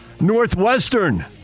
Northwestern